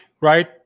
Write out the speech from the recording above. right